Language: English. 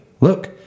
look